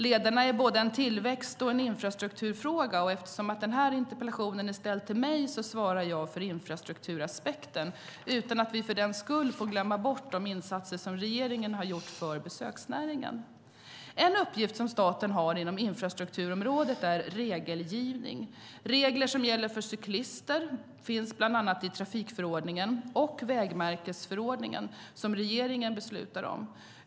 Lederna är både en tillväxt och en infrastrukturfråga. Eftersom den här interpellationen är ställd till mig svarar jag för infrastrukturaspekten utan att vi för den skull får glömma bort de insatser som regeringen har gjort för besöksnäringen. En uppgift som staten har inom infrastrukturområdet är regelgivning. Regler som gäller för cyklister finns bland annat i trafikförordningen och vägmärkesförordningen, som regeringen beslutar om.